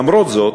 למרות זאת,